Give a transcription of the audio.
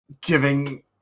giving